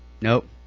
Nope